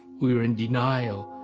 we were in denial.